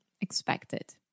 expected